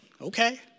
Okay